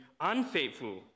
unfaithful